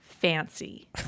Fancy